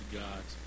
god